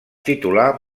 titulà